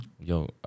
Yo